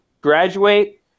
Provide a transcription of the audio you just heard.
graduate